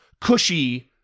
cushy